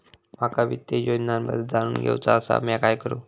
माका वित्तीय योजनांबद्दल जाणून घेवचा आसा, म्या काय करू?